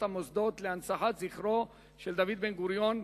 המוסדות להנצחת זכרו של דוד בן-גוריון: